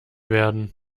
werden